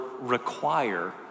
require